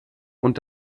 und